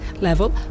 level